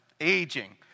aging